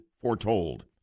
foretold